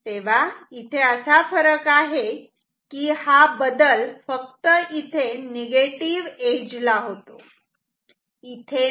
तेव्हा इथे असा फरक आहे की हा बदल फक्त इथे निगेटीव्ह एज ला होतो इथे नाही